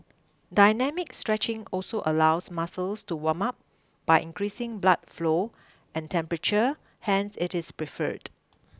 dynamic stretching also allows muscles to warm up by increasing blood flow and temperature hence it is preferred